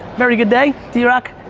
very good day. drock,